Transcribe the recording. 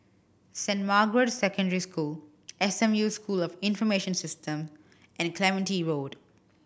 Saint Margaret's Secondary School S M U School of Information System and Clementi Road